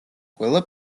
ყველა